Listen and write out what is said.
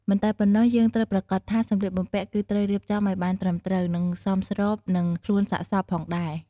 មិនតែប៉ុណោះយើងត្រូវប្រាកដថាសម្លៀកបំពាក់គឺត្រូវរៀបចំឱ្យបានត្រឹមត្រូវ និងសមស្របនឹងខ្លួនសាកសពផងដែរ។